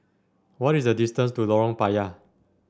what is the distance to Lorong Payah